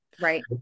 right